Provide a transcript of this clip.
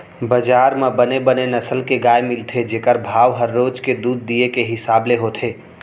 बजार म बने बने नसल के गाय मिलथे जेकर भाव ह रोज के दूद दिये के हिसाब ले होथे